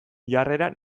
jarrera